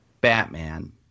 Batman